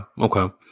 okay